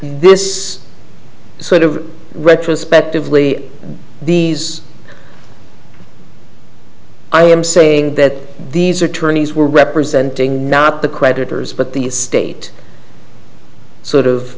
this is sort of retrospectively these i am saying that these are tourney's we're representing not the creditors but the state sort of